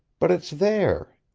but it's there!